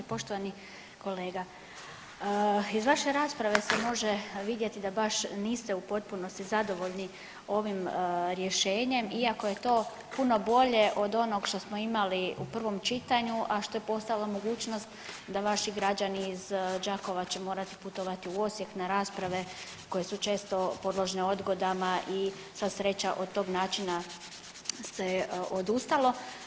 Poštovani kolega iz vaše rasprave se može vidjeti da baš niste u potpunosti zadovoljni ovim rješenjem iako je to puno bolje od onog što smo imali u prvom čitanju, a što je postojala mogućnost da vaši građani iz Đakova će morati putovati u Osijek na rasprave koje su često podložne odgodama i sva sreća od tog načina se je odustalo.